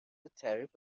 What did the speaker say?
تعریف